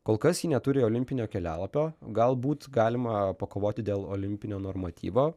kol kas ji neturi olimpinio kelialapio galbūt galima pakovoti dėl olimpinio normatyvo